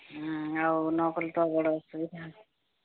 ହୁଁ ଆଉ ନ ଗଲେ ତ ବଡ଼ ଅସୁବିଧା